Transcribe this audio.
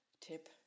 tip